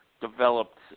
developed